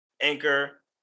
Anchor